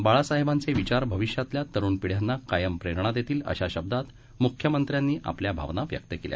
बाळासाहेबांचे विचार भविष्यातील तरुण पिढ्यांना कायम प्रेरणा देतील अशा शब्दांत मुख्यमंत्र्यांनी आपल्या भावना व्यक्त केल्या